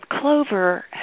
Clover